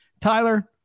Tyler